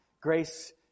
Grace